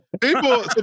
People